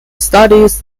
studies